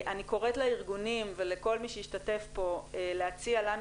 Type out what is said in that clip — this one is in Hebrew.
אני קוראת לארגונים ולכל מי שהשתתף פה להציע לנו